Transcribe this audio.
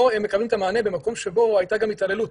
לא מקבלים את המענה במקום שבו הייתה גם התעללות